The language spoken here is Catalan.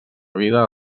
vida